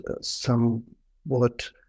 somewhat